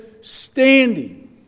standing